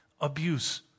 abuse